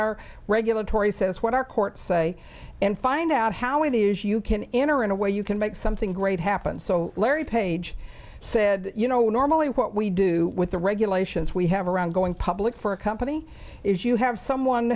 our regulatory says what our courts say and find out how it is you can enter in a way you can make something great happen so larry page said you know we normally what we do with the regulations we have around going public for a company is you have someone